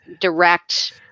direct